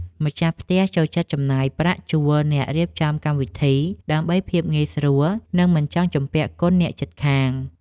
ម្ចាស់ផ្ទះចូលចិត្តចំណាយប្រាក់ជួលអ្នករៀបចំកម្មវិធី ដើម្បីភាពងាយស្រួលនិងមិនចង់ជំពាក់គុណអ្នកជិតខាង។